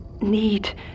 need